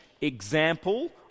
example